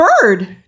bird